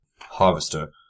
Harvester